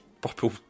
purple